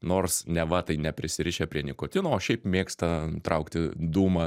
nors neva tai neprisirišę prie nikotino o šiaip mėgsta traukti dūmą